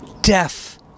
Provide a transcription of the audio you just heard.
deaf